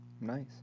Nice